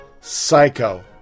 psycho